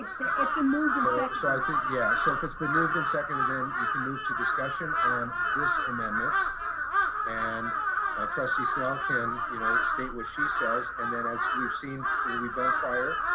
it's been moved and seconded, so i think, yeah. so if it's been moved and seconded then you can move to discussion on this amendment and trustee snell can you know state what she says and then as we've seen we've done prior.